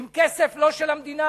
עם כסף לא של המדינה,